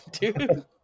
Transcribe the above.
dude